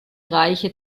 reiche